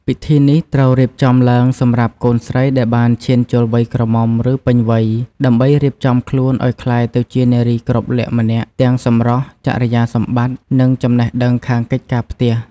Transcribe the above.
ពិធីនេះត្រូវបានរៀបចំឡើងសម្រាប់កូនស្រីដែលបានឈានចូលវ័យក្រមុំ ឬពេញវ័យ ដើម្បីរៀបចំខ្លួនឱ្យក្លាយទៅជានារីគ្រប់លក្ខណ៍ម្នាក់ ទាំងសម្រស់ ចរិយាសម្បត្តិ និងចំណេះដឹងខាងកិច្ចការផ្ទះ។